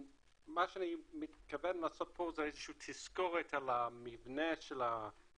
מה שאני מתכוון לעשות פה זה איזה שהיא סקירה על המבנה של הקרן,